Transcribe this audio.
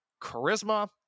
charisma